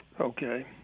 okay